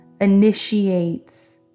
initiates